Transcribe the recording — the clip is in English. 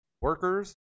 Workers